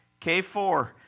K4